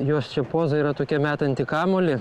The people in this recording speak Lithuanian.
jos čia poza yra tokia metanti kamuolį